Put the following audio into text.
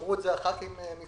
אמרו את זה חברי הכנסת קודם